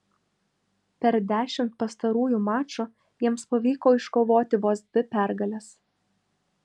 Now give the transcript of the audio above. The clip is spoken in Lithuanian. per dešimt pastarųjų mačų jiems pavyko iškovoti vos dvi pergales